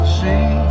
see